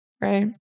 Right